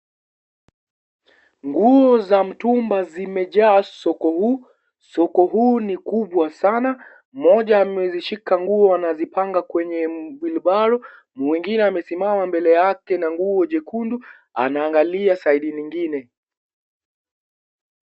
Nguo za mtumba zimejaa soko huu, soko huu ni kubwa sana, moja ameshika nguo anazipanga kwenye m (cs)wheelbarrow (cs), mwingine amesimama mbele yake na nguo jekunfu, anaangalia (cs)side(cs) ningine.